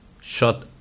shut